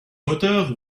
moteur